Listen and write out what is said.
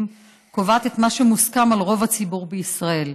קובעת את מה שמוסכם על רוב הציבור בישראל.